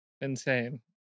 insane